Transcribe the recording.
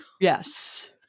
Yes